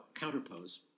counterpose